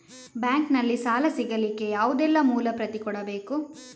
Bank ನಲ್ಲಿ ಸಾಲ ಸಿಗಲಿಕ್ಕೆ ಯಾವುದೆಲ್ಲ ಮೂಲ ಪ್ರತಿ ಕೊಡಬೇಕು?